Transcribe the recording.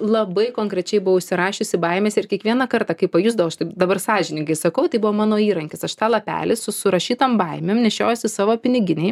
labai konkrečiai buvau užsirašiusi baimes ir kiekvieną kartą kai pajusdavau stud dabar sąžiningai sakau tai buvo mano įrankis aš tą lapelį su surašytom baimėm nešiojausi savo piniginėj